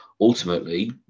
ultimately